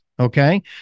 Okay